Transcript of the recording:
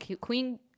queen